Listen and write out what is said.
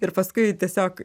ir paskui tiesiog